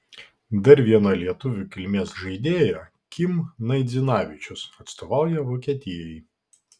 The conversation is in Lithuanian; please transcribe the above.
dar viena lietuvių kilmės žaidėja kim naidzinavičius atstovauja vokietijai